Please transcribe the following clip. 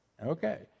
Okay